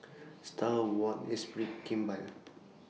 STAR Awards Esprit and Kimball